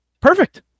perfect